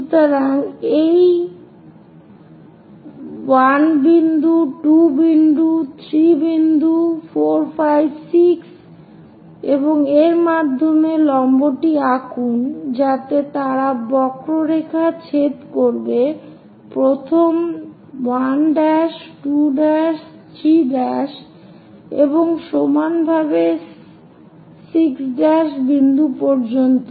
সুতরাং এই 1 বিন্দু 2 বিন্দু 3 বিন্দু 4 5 6 এবং এর মাধ্যমে লম্বটি আঁকুন যাতে তারা বক্ররেখা ছেদ করবে প্রথম 1 2 3 এবং সমানভাবে 6 বিন্দু পর্যন্ত